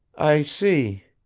i see.